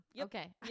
Okay